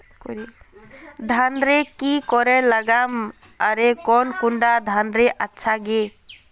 धानेर की करे लगाम ओर कौन कुंडा धानेर अच्छा गे?